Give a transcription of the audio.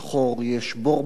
יש בור בתקציב,